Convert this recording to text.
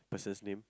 person's name